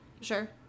Sure